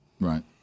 Right